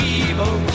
evil